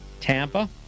Tampa